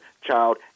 child